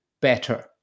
better